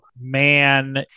man